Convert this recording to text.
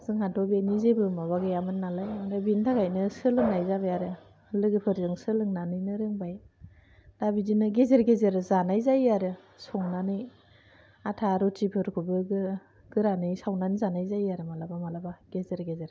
जोंनाथ' बेनि जेबो माबा गैयामोननालाय ओमफ्राय बेनि थाखायनो सोलोंनाय जाबाय आरो लोगोफोरजों सोलोंनानैनो रोंबाय दा बिदिनो गेजेर गेजेर जानाय जायो आरो संनानै आटा रुटिफोरखौबो गोरानै सावनानै जानाय जायो आरो माब्लाबा माब्लाबा गेजेर गेजेर